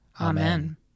Amen